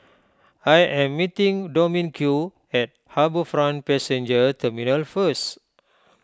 I am meeting Dominque at HarbourFront Passenger Terminal first